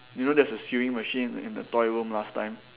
you know there's a sewing machine in the toy room last time